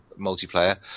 multiplayer